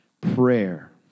prayer